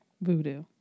Voodoo